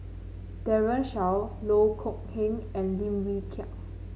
Daren Shiau Loh Kok Heng and Lim Wee Kiak